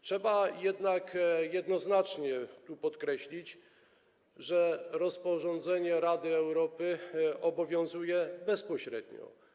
Trzeba jednak jednoznacznie tu podkreślić, że rozporządzenie Rady Europejskiej obowiązuje bezpośrednio.